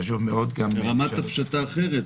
ברמת הפשטה אחרת.